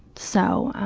so,